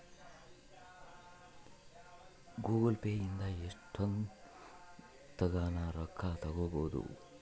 Google pay ಇಂದ ಎಷ್ಟೋತ್ತಗನ ರೊಕ್ಕ ಹಕ್ಬೊದು